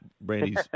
Brandy's